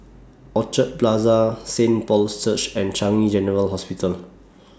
Orchard Plaza Saint Paul's Church and Changi General Hospital